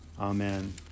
amen